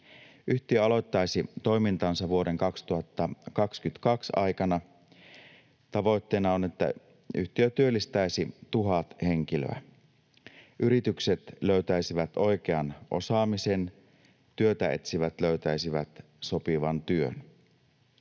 Yhtiö aloittaisi toimintansa vuoden 2022 aikana. Tavoitteena on, että yhtiö työllistäisi tuhat henkilöä. Yritykset löytäisivät oikean osaamisen, työtä etsivät löytäisivät sopivan työn.